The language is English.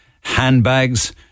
handbags